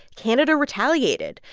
canada retaliated,